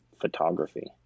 photography